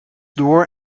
door